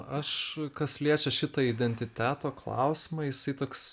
aš kas liečia šitą identiteto klausimą jisai toks